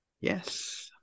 Yes